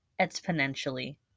exponentially